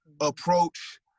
approach